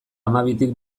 hamabitik